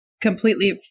completely